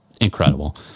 incredible